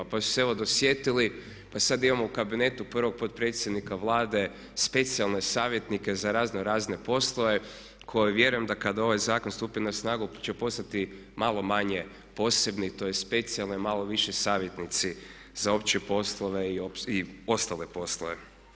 Pa su se evo dosjetili pa sada imamo u kabinetu prvog potpredsjednika Vlade, specijalne savjetnike za razno razne poslove koje vjerujem da kada ovaj zakon stupi na snagu će postati malo manje posebni tj. specijalni a malo više savjetnici za opće poslove i ostale poslove.